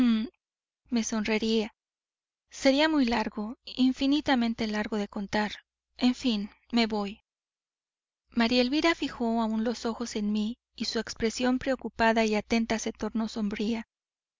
hum me sonreí sería muy largo infinitamente largo de contar en fin me voy maría elvira fijó aún los ojos en mí y su expresión preocupada y atenta se tornó sombría